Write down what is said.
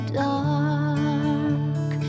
dark